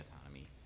autonomy